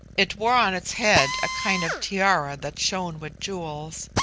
it wore on its head a kind of tiara that shone with jewels,